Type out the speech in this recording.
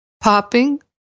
popping